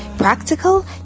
practical